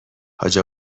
حاج